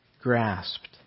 grasped